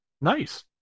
Nice